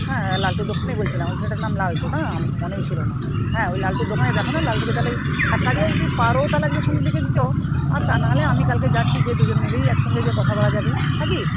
হ্যাঁ লালটুর দোকানেই বলছিলাম ওই ছেলেটার নাম লালটু না মনেই ছিল না হ্যাঁ ওই লালটুর দোকানেই দেখো না লালটুকে তাহলে এক কাজ করো যদি পারো তাহলে আজকে সন্ধ্যের দিকে যেও আর তা না হলে আমি কালকে যাচ্ছি গিয়ে দুজনে মিলেই একসঙ্গে গিয়ে কথা বলা যাবে না কি